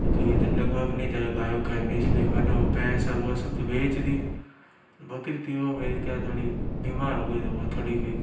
तो कोई इधर लग वग नहीं जाए गायों का इसीलिए मैंने वो भैंस और वो सब तो बेच दी बकरी थी वो मेरी क्या थोड़ी बीमार हो गई तो वो थोड़ी की